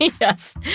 Yes